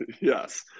Yes